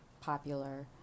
popular